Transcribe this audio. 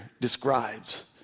describes